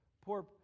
poor